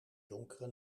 donkere